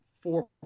four